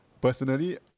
personally